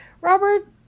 Robert